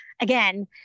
again